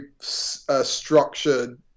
structured